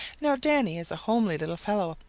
now, danny is a homely little fellow,